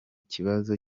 kibazo